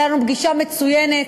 הייתה לנו פגישה מצוינת,